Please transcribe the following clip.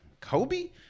Kobe